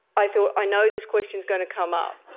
i thought, i know this question's going to come up.